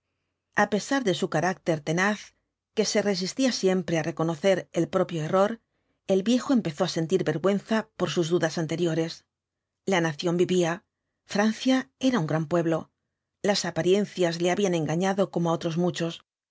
a pesar de su carácter tenaz que se resistía siempre á reconocer el propio error el viejo empezó á sentir vergüenza por sus dudas anteriores la nación vivía francia era un gran pueblo las apariencias le habían engañado como á otros muchos